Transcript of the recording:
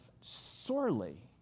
sorely